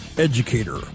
Educator